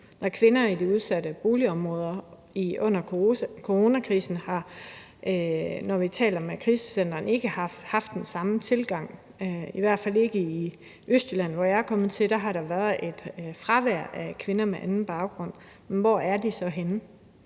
til kvinderne i de udsatte boligområder under coronakrisen, har vi talt om, at krisecentrene ikke har haft den samme tilgang, i hvert fald ikke i Østjylland, hvor jeg er kommet. Der har der været et fravær af kvinder med anden baggrund. Hvor er de så henne?